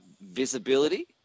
visibility